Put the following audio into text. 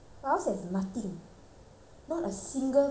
not a single cockroach sh~ that she can find